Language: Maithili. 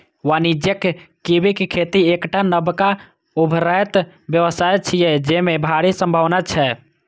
वाणिज्यिक कीवीक खेती एकटा नबका उभरैत व्यवसाय छियै, जेमे भारी संभावना छै